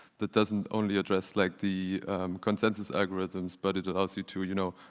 that doesn't only address like the consensus algorithms but it allows you to, you know,